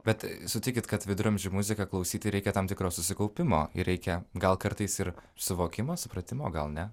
bet sutikit kad viduramžių muziką klausyti reikia tam tikro susikaupimo ir reikia gal kartais ir suvokimo supratimo gal ne